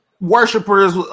worshippers